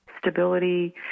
stability